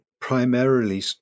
primarily